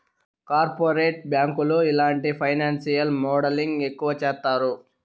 corporate బ్యాంకులు ఇలాంటి financial modelling ఎక్కువ చేత్తాయి